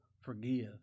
Forgive